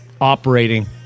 operating